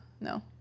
no